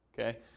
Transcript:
Okay